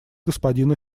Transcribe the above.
господина